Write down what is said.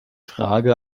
frage